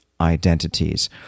identities